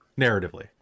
narratively